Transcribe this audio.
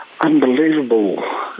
unbelievable